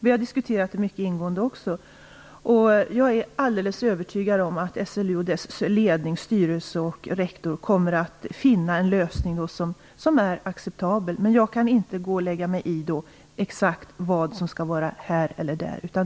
Vi har diskuterat det ingående. Jag är alldeles övertygad om att SLU och dess ledning, styrelse och rektor, kommer att finna en lösning som är acceptabel. Jag kan inte lägga mig i exakt vad som skall vara här eller där.